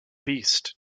beast